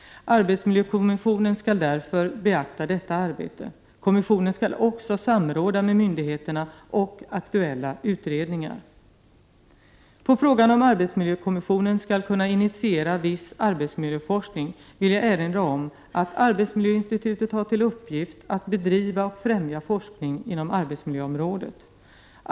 Arbetsmiljökommissionen skall därför beakta detta arbete. Kommissionen skall också samråda med myndigheterna och aktuella utredningar. På frågan om arbetsmiljökommissionen skall kunna initiera viss arbetsmiljöforskning vill jag erinra om att arbetsmiljöinstitutet har till uppgift att bedriva och främja forskning inom arbetsmiljöområdet.